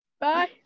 Bye